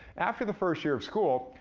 after the first year of school,